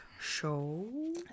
show